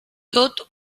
tot